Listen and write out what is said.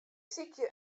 sykje